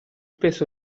peso